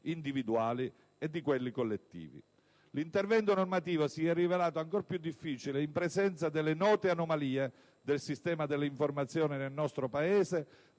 individuali e collettivi. L'intervento normativo si è rivelato ancor più difficile in presenza delle note anomalie del sistema d'informazione nel nostro Paese,